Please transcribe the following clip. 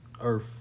Earth